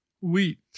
Wheat